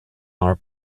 our